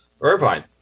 Irvine